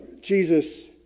Jesus